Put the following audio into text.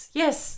yes